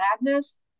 Madness